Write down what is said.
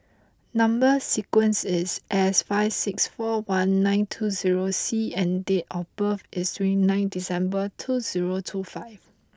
number sequence is S five six four one nine two zero C and date of birth is three nine December two zero two five